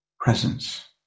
presence